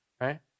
right